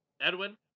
Edwin